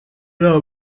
nta